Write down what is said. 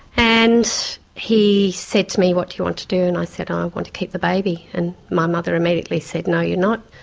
and he said to me, what do you want to do? and i said, i want to keep the baby. and my mother immediately said, no, you're not,